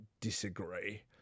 disagree